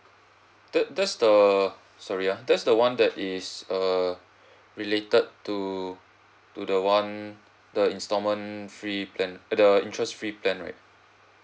that that's the sorry ya that's the [one] that is err related to to the [one] the installment free plan the interest free plan right